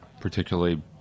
particularly